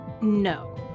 no